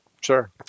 Sure